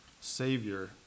Savior